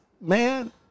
man